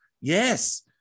Yes